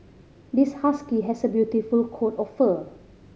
this husky has a beautiful coat of fur